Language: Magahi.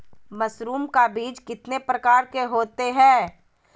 मशरूम का बीज कितने प्रकार के होते है?